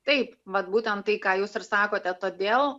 taip vat būtent tai ką jūs ir sakote todėl